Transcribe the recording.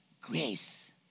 Grace